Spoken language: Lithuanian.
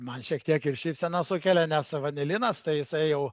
man šiek tiek ir šypseną sukelia nes vanilinas tai jisai jau